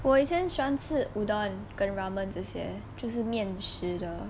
我以前很喜欢吃 udon 跟 ramen 这些就是面食的